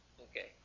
Okay